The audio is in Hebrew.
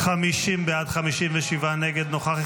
קבוצת סיעת המחנה הממלכתי,